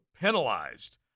penalized